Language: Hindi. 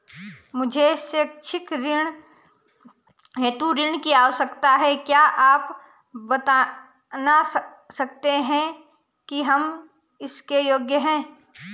मुझे शैक्षिक हेतु ऋण की आवश्यकता है क्या आप बताना सकते हैं कि हम इसके योग्य हैं?